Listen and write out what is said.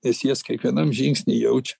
nes jas kiekvienam žingsny jaučiam